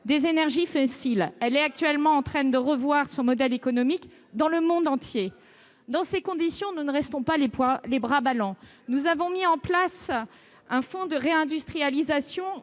des énergies fossiles. Elle est actuellement en train de revoir son modèle économique dans le monde entier. Dans ces conditions, nous ne restons pas les bras ballants. Nous avons mis en place un fonds de réindustrialisation,